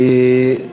כי,